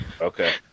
Okay